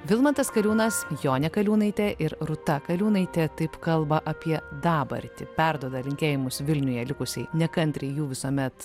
vilmantas kaliūnas jonė kaliūnaitė ir rūta kaliūnaitė taip kalba apie dabartį perduoda linkėjimus vilniuje likusiai nekantriai jų visuomet